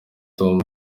tom